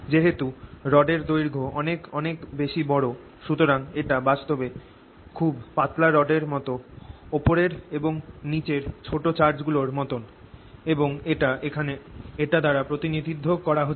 যেহেতু রড এর দৈর্ঘ্য অনেক অনেক বেশি বড় সুতরাং এটা বাস্তবে খুব পাতলা রডের মতো ওপরের এবং নিচের ছোট চার্জ গুলোর মতন এবং এটা এখানে এটা দ্বারা প্রতিনিধিত্ব করা হচ্ছে